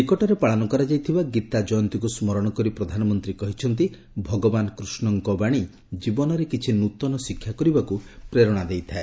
ନିକଟରେ ପାଳନ କରାଯାଇଥିବା ଗୀତା ଜୟନ୍ତୀକୁ ସ୍କରଣ କରି ପ୍ରଧାନମନ୍ତ୍ରୀ କହିଛନ୍ତି ଭଗବାନ କୃଷ୍ଣଙ୍କର ବାଣୀ ଜୀବନରେ କିଛି ନୃତନ ଶିକ୍ଷା କରିବାକ୍ ପ୍ରେରଣା ଦେଇଥାଏ